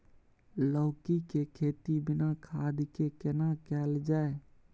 लौकी के खेती बिना खाद के केना कैल जाय?